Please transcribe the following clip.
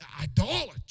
idolatry